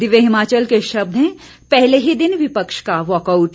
दिव्य हिमाचल के शब्द हैं पहले ही दिन विपक्ष का वॉकआउट